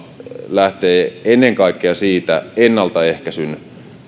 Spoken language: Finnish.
lähtee ennen kaikkea siitä ennaltaehkäisyn